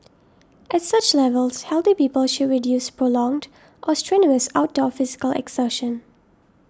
at such levels healthy people should reduce prolonged or strenuous outdoor physical exertion